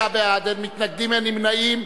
26 בעד, אין מתנגדים, אין נמנעים.